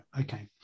Okay